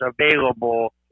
available